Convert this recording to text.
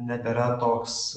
nebėra toks